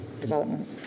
development